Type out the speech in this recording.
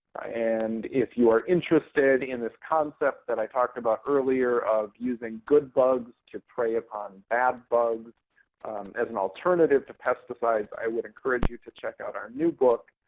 and if you're interested in this concept that i talked about earlier of using good bugs to prey upon bad bugs as an alternative to pesticides, i would encourage you to check out our new book,